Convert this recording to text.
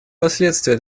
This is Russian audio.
последствия